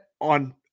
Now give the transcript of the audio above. on